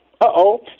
Uh-oh